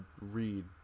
read